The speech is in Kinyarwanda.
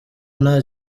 nta